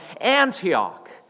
Antioch